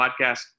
podcast